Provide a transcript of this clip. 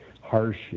harsh